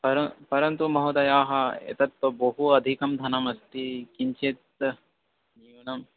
परन् परन्तु महोदयाः एतत् बहु अदिकं धनमस्ति किञ्चित् न्यूनम्